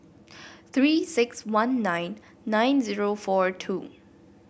Three six one nine nine zero four two